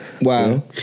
Wow